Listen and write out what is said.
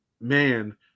man